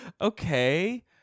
Okay